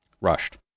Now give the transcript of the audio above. rushed